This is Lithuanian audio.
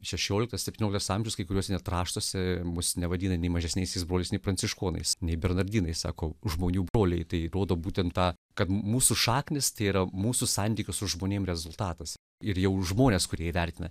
šešioliktas septynioliktas amžius kai kuriuos net raštuose mus nevadina nei mažesniaisiais broliais pranciškonais nei bernardinais sako žmonių poliai tai įrodo būtent tą kad mūsų šaknys tėra mūsų santykius su žmonėms rezultatas ir jau žmonės kurie vertina